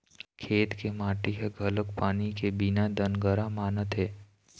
खेत के माटी ह घलोक पानी के बिना दनगरा मारत हे